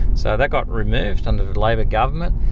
so that got removed under the labor government.